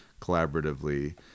collaboratively